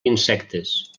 insectes